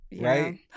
Right